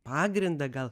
pagrindą gal